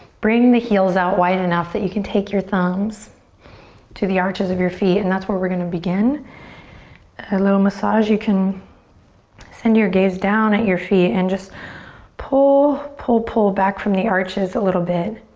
bring the heels out wide enough so that you can take your thumbs to the arches of your feet and that's where we're gonna begin a little massage. you can send your gaze down at your feet and just pull, pull, pull back from the arches a little bit.